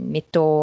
Metto